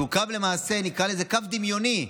נקרא לזה קו דמיוני,